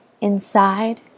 inside